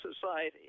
society